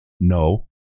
No